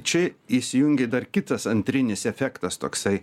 čia įsijungė dar kitas antrinis efektas toksai